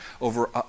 over